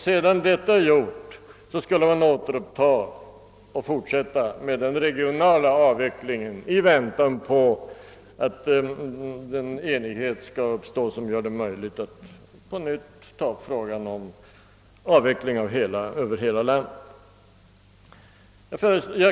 Sedan detta är gjort, skulle man återuppta och fortsätta den regionala avvecklingen i väntan på att den enighet skall uppstå som gör det möjligt att på nytt ta upp frågan om avveckling över hela landet.